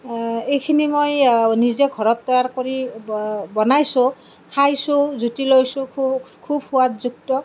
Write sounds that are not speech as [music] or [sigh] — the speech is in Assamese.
এইখিনি মই নিজে ঘৰত তৈয়াৰ কৰি [unintelligible] বনাইছোঁ খাইছোঁ জুতি লৈছোঁ খুব খুব সোৱাদযুক্ত